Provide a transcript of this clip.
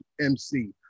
MC